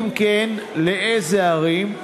2. אם כן, לאילו ערים?